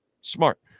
smart